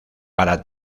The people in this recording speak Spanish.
para